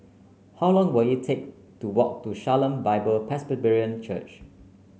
how long will it take to walk to Shalom Bible Presbyterian Church